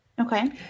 Okay